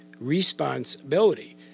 Responsibility